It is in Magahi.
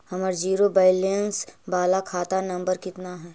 हमर जिरो वैलेनश बाला खाता नम्बर कितना है?